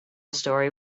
story